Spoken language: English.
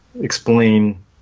explain